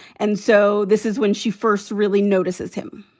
and so this is when she first really notices him